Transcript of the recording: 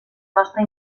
nostra